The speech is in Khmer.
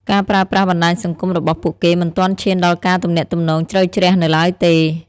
ការប្រើប្រាស់បណ្ដាញសង្គមរបស់ពួកគេមិនទាន់ឈានដល់ការទំនាក់ទំនងជ្រៅជ្រះនៅឡើយទេ។